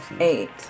Eight